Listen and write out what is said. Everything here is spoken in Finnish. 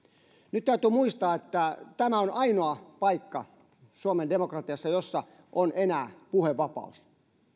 nyt täytyy muistaa että tämä on ainoa paikka suomen demokratiassa jossa on enää puhevapaus